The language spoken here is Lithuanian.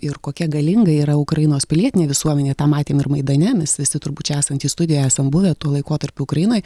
ir kokia galinga yra ukrainos pilietinė visuomenė tą matėm ir maidane mes visi turbūt čia esantys studijoj esam buvę tuo laikotarpiu ukrainoj